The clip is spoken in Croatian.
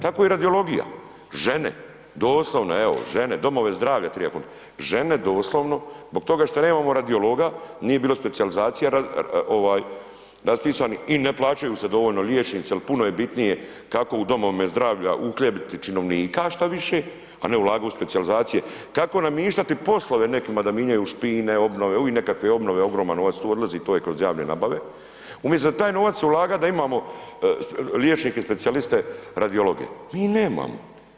Tako i radiologija, žene, doslovno, evo, žene domove zdravlja triba, žene doslovno zbog toga što nemamo radiologa, nije bilo specijalizacije raspisanih i ne plaćaju se dovoljno liječnici, jel puno je bitnije kako u domovima zdravlja uhljebiti činovnika šta više, a ne ulagati u specijalizacije, kako namištati poslove nekima da minjaju špine, obnove, uvik nekakve obnove, ogroman novac tu odlazi, to je kroz javne nabave, umisto da taj novac ulagat da imamo liječnike specijaliste radiologe, mi ih nemamo.